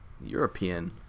European